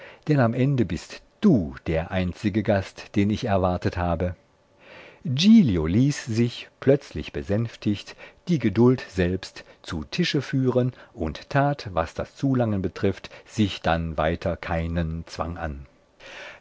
am ende bist du der einzige gast den ich erwartet habe giglio ließ sich plötzlich besänftigt die geduld selbst zu tische führen und tat was das zulangen betrifft sich dann weiter keinen zwang an